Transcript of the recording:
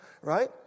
right